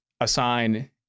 assign